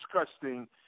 disgusting